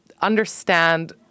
understand